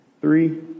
three